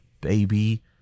baby